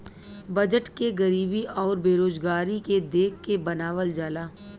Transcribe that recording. budget के गरीबी आउर बेरोजगारी के देख के बनावल जाला